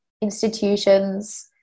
institutions